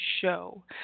show